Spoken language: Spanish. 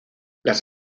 las